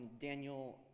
Daniel